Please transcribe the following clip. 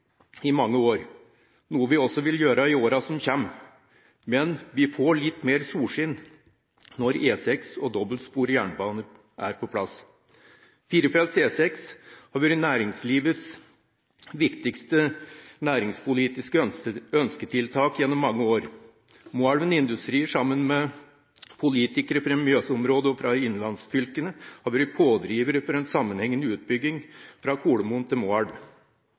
i mange år, noe vi også vil gjøre i årene som kommer, men vi får litt mer solskinn når E6 og dobbeltsporet jernbane er på plass. Firefelts E6 har vært næringslivets viktigste næringspolitiske ønsketiltak gjennom mange år. Moelven Industrier sammen med politikere fra Mjøsområdet og fra innlandsfylkene har vært pådrivere for en sammenhengende utbygging fra Kolomoen til Moelv.